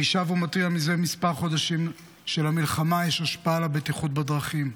אני שב ומתריע זה כמה חודשים שלמלחמה יש השפעה על הבטיחות בדרכים.